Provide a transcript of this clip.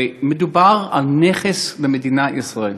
ומדובר בנכס למדינת ישראל,